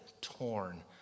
torn